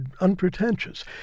unpretentious